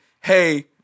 hey